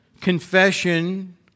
Confession